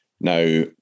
Now